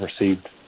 received